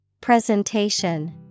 Presentation